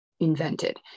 invented